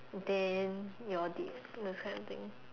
then you all date those kind of things